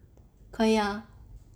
可以 ah